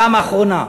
הפעם האחרונה,